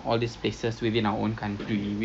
err let me see eh err